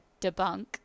debunk